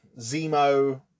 Zemo